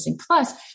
Plus